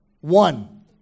One